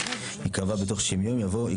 אז זה למזהם הכימי עכשיו.